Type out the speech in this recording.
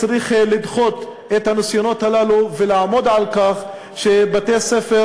צריך לדחות את הניסיונות הללו ולעמוד על כך שבתי-הספר